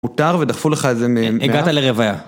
מותר ודחפו לך את זה בהנאה? הגעת לרוויה